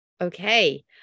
okay